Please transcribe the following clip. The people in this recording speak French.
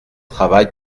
travail